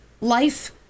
life